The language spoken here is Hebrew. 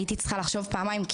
הייתי צריכה לחשוב פעמיים,